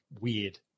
weird